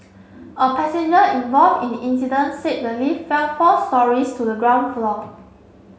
a passenger involved in the incident said the lift fell four storeys to the ground floor